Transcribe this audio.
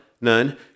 None